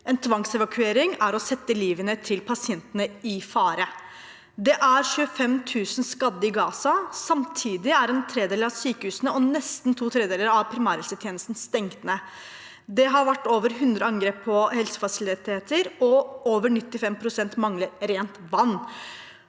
En tvangsevakuering er å sette livet til pasientene i fare. Det er 25 000 skadde i Gaza. Samtidig er en tredel av sykehusene og nesten to tredeler av primærhelsetjenesten stengt ned. Det har vært over 100 angrep på helsefasiliteter, og over 95 pst. mangler rent vann.